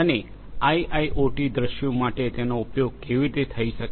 અને આઇઆઇઓટી દૃશ્યો માટે તેનો ઉપયોગ કેવી રીતે થઈ શકે